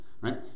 right